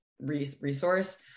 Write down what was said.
resource